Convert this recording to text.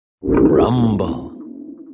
Rumble